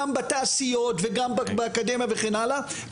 גם בתעשיות וגם באקדמיה וכן הלאה,